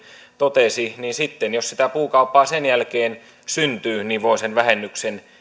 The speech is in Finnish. totesi sitten jos sitä puukauppaa sen jälkeen syntyy niin voi sen vähennyksen